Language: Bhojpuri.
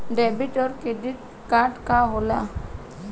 डेबिट और क्रेडिट कार्ड का होला?